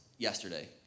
Yesterday